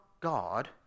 God